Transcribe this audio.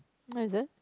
nice uh